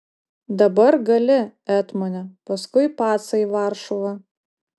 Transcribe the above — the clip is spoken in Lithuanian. dabar gali etmone paskui pacą į varšuvą